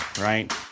right